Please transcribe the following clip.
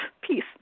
peace